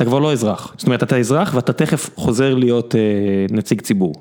אתה כבר לא אזרח, זאת אומרת אתה אזרח ואתה תכף חוזר להיות נציג ציבור.